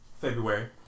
February